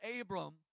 Abram